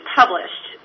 published